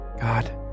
God